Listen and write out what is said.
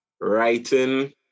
writing